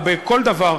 או בכל דבר,